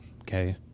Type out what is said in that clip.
okay